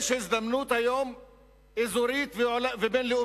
יש היום הזדמנות אזורית ובין-לאומית,